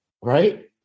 right